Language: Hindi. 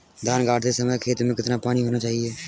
धान गाड़ते समय खेत में कितना पानी होना चाहिए?